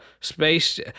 space